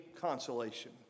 consolation